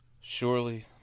Surely